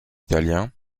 italiens